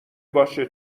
باشه